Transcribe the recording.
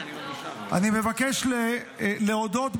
אני מבקש להודות,